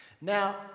Now